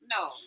no